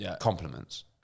compliments